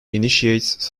initiates